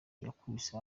yikubise